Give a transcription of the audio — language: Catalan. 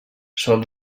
sol